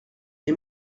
est